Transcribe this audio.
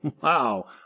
Wow